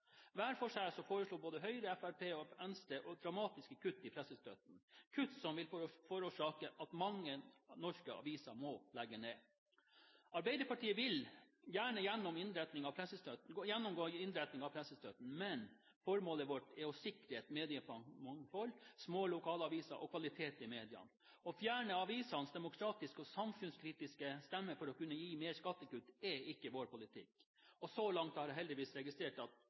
Hver for seg foreslår Høyre, Fremskrittspartiet og Venstre dramatiske kutt i pressestøtten – kutt som vil forårsake at mange norske aviser må legge ned. Arbeiderpartiet vil gjerne gjennomgå innretningen av pressestøtten, men formålet vårt er å sikre et mediemangfold, små lokalaviser og kvalitet i mediene. Å fjerne avisenes demokratiske og samfunnskritiske stemme for å kunne gi mer skattekutt er ikke vår politikk. Så langt har jeg registrert at